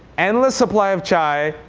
endless supply of chai,